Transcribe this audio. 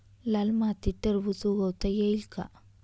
लाल मातीत टरबूज उगवता येईल का?